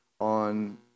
on